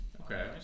Okay